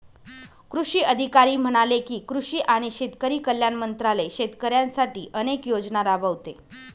कृषी अधिकारी म्हणाले की, कृषी आणि शेतकरी कल्याण मंत्रालय शेतकऱ्यांसाठी अनेक योजना राबवते